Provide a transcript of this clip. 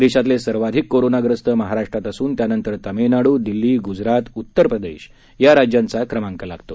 देशातले सर्वाधिक कोरोनाग्रस्त महाराष्ट्रात असून त्यानंतर तमिळनाडू दिल्ली ग्जरात उत्तर प्रदेश या राज्यांचा क्रमांक लागतो